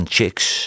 Chicks